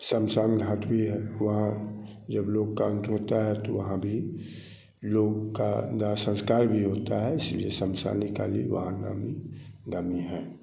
शमशान घाट भी है वहाँ जब लोग का अंत होता है तो वहाँ भी लोग का दाह संस्कार भी होता है इसलिए शमशानी काली वहाँ नामी गामी हैं